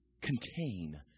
contain